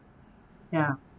ya